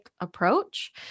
approach